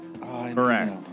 Correct